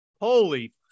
Holy